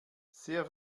sehr